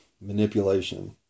manipulation